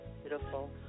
Beautiful